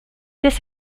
this